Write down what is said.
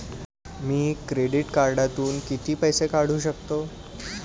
मी credit कार्डातून किती पैसे काढू शकतो?